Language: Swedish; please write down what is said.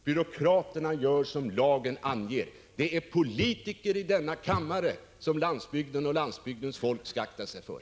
Byråkraterna gör som lagen anger. Det är politiker i denna kammare som landsbygden och dess folk skall akta sig för!